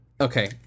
Okay